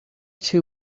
two